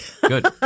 Good